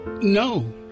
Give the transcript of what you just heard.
No